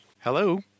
Hello